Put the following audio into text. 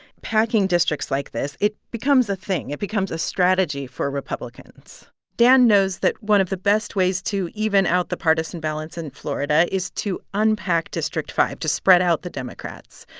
packing districts like this it becomes a thing. it becomes a strategy for republicans. dan knows that one of the best ways to even out the partisan balance in florida is to unpack district five, to spread out the democrats.